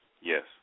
Yes